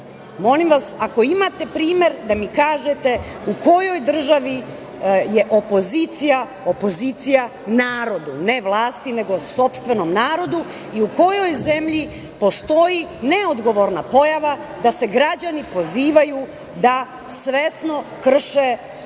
itd. Molim vas, ako imate primer da mi kažete u kojoj državi je opozicija, opozicija narodu, ne vlasti nego sopstvenom narodu i u kojoj zemlji postoji neodgovorna pojava da se građani pozivaju da svesno krše